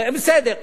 בסדר.